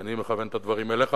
אני מכוון את הדברים אליך,